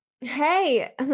Hey